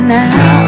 now